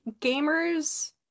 gamers